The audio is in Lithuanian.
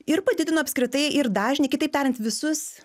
ir padidino apskritai ir dažnį kitaip tariant visus